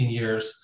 years